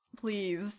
please